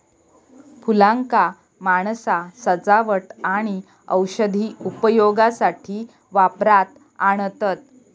फुलांका माणसा सजावट आणि औषधी उपयोगासाठी वापरात आणतत